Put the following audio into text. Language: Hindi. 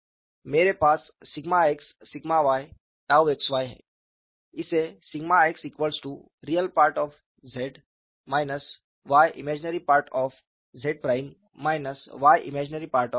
मेरे पास x y xy है